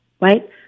right